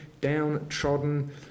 downtrodden